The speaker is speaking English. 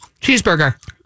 Cheeseburger